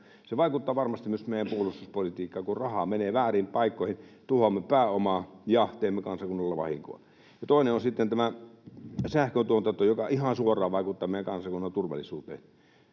Se vaikuttaa varmasti myös meidän puolustuspolitiikkaamme, kun rahaa menee vääriin paikkoihin. Tuhlaamme pääomaa ja teemme kansakunnalle vahinkoa. Ja toinen on sitten tämä sähköntuotanto, joka ihan suoraan vaikuttaa meidän kansakuntamme turvallisuuteen.